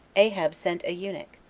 ahab sent a eunuch,